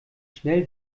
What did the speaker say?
schnell